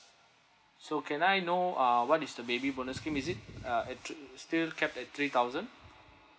so can I know ah what is the baby bonus scheme is it uh it t~ still capped at three thousand